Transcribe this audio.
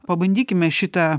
pabandykime šitą